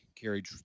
carried